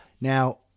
Now